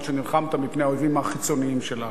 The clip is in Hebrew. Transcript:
שנלחמת מפני האויבים החיצוניים שלנו.